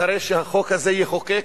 אחרי שהחוק הזה יחוקק,